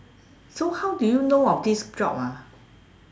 so how do you know of this job ah